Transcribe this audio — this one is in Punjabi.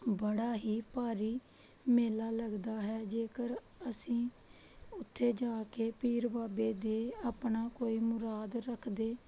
ਬੜਾ ਹੀ ਭਾਰੀ ਮੇਲਾ ਲੱਗਦਾ ਹੈ ਜੇਕਰ ਅਸੀਂ ਉੱਥੇ ਜਾ ਕੇ ਪੀਰ ਬਾਬੇ ਦੇ ਆਪਣਾ ਕੋਈ ਮੁਰਾਦ ਰੱਖਦੇ